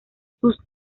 sus